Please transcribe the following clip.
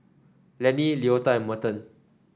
Lennie Leota and Merton